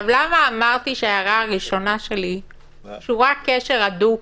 למה אמרתי שההערה הראשונה שלי קשורה קשר הדוק